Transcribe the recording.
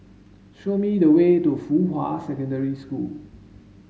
show me the way to Fuhua Secondary School